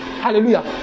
Hallelujah